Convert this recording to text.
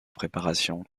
préparation